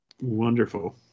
wonderful